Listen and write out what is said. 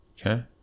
Okay